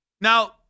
Now